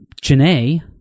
Janae